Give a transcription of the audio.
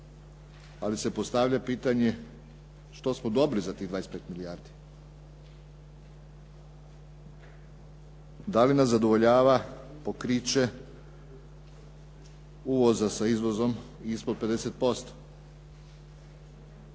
ali se postavlja pitanje što smo dobili za tih 25 milijardi. Da li nas zadovoljava uvoza sa izvozom ispod 50%?